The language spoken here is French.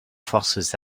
forces